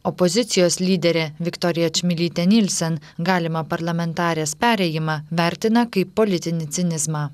opozicijos lyderė viktorija čmilytė nylsen galimą parlamentarės perėjimą vertina kaip politinį cinizmą